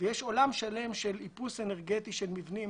יש עולם שלם של איפוס אנרגטי של מבנים